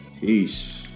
Peace